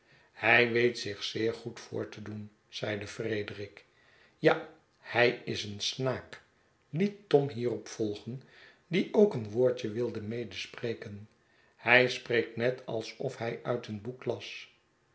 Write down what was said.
hij weet zich zeer goed voor te doen zeide frederik ja hij is een snaak liet tom hierop volgen die ook een woordje wilde medespreken hij spreekt net alsof hij uit een boek las